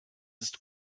ist